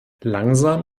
langsam